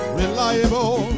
reliable